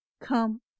Come